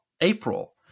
April